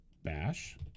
bash